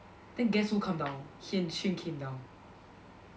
the guess who come down he and Ching came down